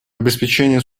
обеспечение